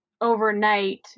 overnight